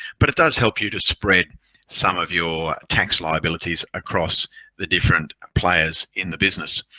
but it does help you to spread some of your tax liabilities across the different players in the business.